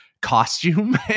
costume